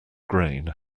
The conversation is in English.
grain